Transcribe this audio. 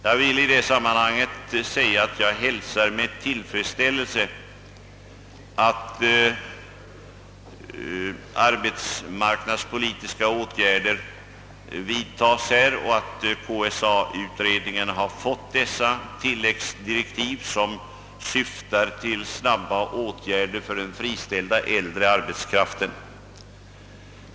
Jag vill i detta sammanhang säga att jag med tillfredsställelse hälsar att arbetsmarknadspolitiska åtgärder här vidtas och att KSA-utredningen har fått dessa tilläggsdirektiv, som syftar till snabba åtgärder för den friställda äldre arbetskraften.